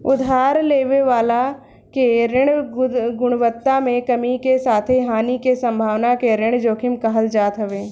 उधार लेवे वाला के ऋण गुणवत्ता में कमी के साथे हानि के संभावना के ऋण जोखिम कहल जात हवे